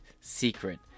secret